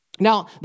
Now